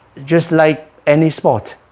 just like any sport,